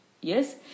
yes